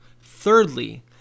Thirdly